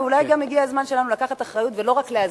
ואולי גם הגיע הזמן שלנו לקחת אחריות ולא רק להזהיר,